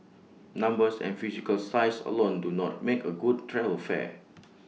numbers and physical size alone do not make A good travel fair